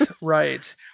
right